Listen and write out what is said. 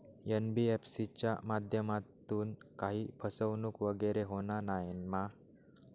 NBFC च्या माध्यमातून काही फसवणूक वगैरे होना नाय मा?